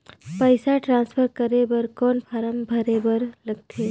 पईसा ट्रांसफर करे बर कौन फारम भरे बर लगथे?